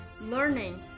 learning